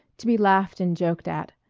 to be laughed and joked at.